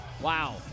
Wow